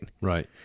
Right